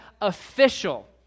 official